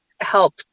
help